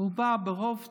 והוא בא ברוב ציניות,